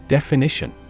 Definition